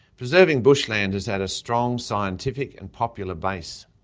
preserving bushland has had a strong scientific and popular base.